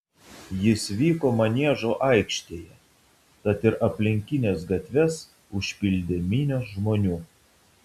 jis vyko maniežo aikštėje tad ir aplinkines gatves užpildė minios žmonių